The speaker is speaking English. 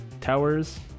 Towers